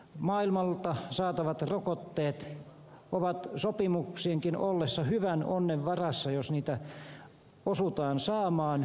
maailmalta saatavat rokotteet ovat sopimuksienkin ollessa hyvän onnen varassa jos niitä osutaan saamaan